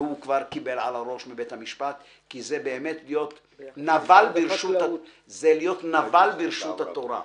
והוא כבר קיבל על הראש מבית המשפט כי זה באמת להיות נבל ברשות התורה.